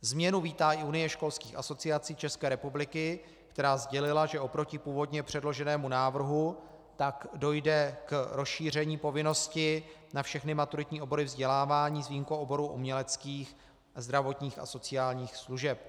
Změnu vítá i Unie školských asociací České republiky, která sdělila, že oproti původně předloženému návrhu tak dojde k rozšíření povinnosti na všechny maturitní obory vzdělávání s výjimkou oborů uměleckých, zdravotních a sociálních služeb.